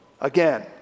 again